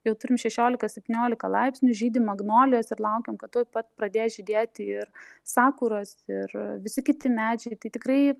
jau turim šešiolika septyniolika laipsnių žydi magnolijos ir laukiam kad tuoj pat pradės žydėti ir sakuros ir visi kiti medžiai tai tikrai